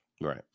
right